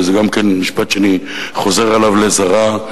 וזה גם כן משפט שאני חוזר עליו עד לזרא,